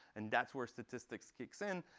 and that's where statistics kicks in.